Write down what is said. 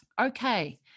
Okay